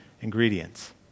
ingredients